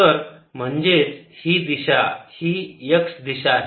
तर म्हणजेच ही दिशा ही x दिशा आहे